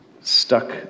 stuck